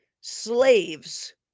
slaves